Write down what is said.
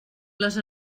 les